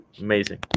amazing